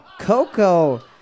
Coco